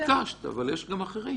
ביקשת, אבל יש גם אחרים.